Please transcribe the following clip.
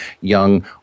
young